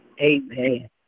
Amen